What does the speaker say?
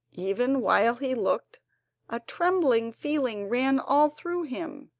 even while he looked a trembling feeling ran all through him,